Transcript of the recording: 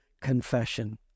confession